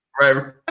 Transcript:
right